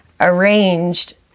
arranged